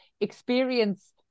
experience